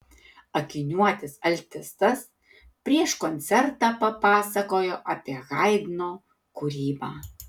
akiniuotis altistas prieš koncertą papasakojo apie haidno kūrybą